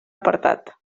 apartat